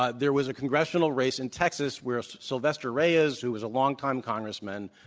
ah there was a congressional race in texas where sylvestre reyes, who was a long-time congressman,